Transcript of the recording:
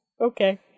Okay